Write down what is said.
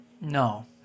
No